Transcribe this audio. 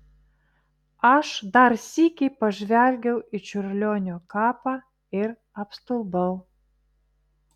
aš dar sykį pažvelgiau į čiurlionio kapą ir apstulbau